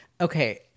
okay